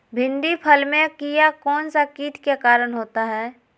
भिंडी फल में किया कौन सा किट के कारण होता है?